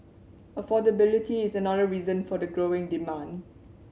affordability is another reason for the growing demand